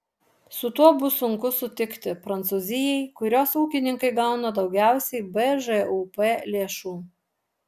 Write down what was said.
su tuo bus sunku sutikti prancūzijai kurios ūkininkai gauna daugiausiai bžūp lėšų